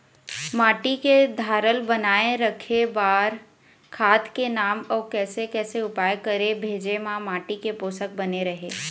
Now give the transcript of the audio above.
माटी के धारल बनाए रखे बार खाद के नाम अउ कैसे कैसे उपाय करें भेजे मा माटी के पोषक बने रहे?